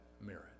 merit